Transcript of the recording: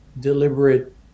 deliberate